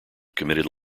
committed